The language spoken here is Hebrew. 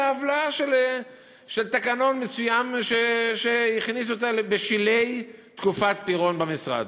בעוולה של תקנון מסוים שהכניסו אותו בשלהי תקופת פירון במשרד.